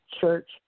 Church